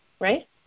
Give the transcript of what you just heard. right